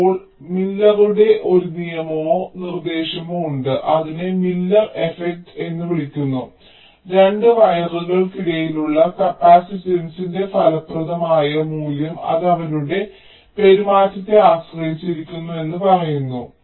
ഇപ്പോൾ മില്ലറുടെ ഒരു നിയമമോ നിർദ്ദേശമോ ഉണ്ട് അതിനെ മില്ലർ എഫ്ഫക്റ്റ് എന്ന് വിളിക്കുന്നു 2 വയറുകൾക്കിടയിലുള്ള കപ്പാസിറ്റൻസിന്റെ ഫലപ്രദമായ മൂല്യം അത് അവരുടെ പെരുമാറ്റത്തെ ആശ്രയിച്ചിരിക്കുന്നുവെന്ന് പറയുന്നു